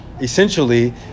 Essentially